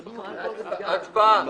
הצבעה.